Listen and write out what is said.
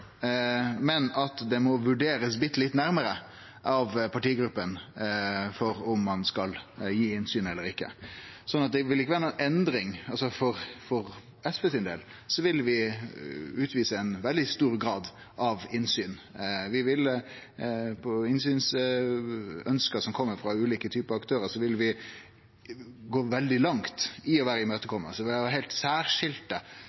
eller ikkje. Så det vil ikkje vere noka endring. For SV sin del vil vi praktisere ein veldig stor grad av innsyn. Vi vil når det kjem ønske om innsyn frå ulike typar aktørar, gå veldig langt i å vere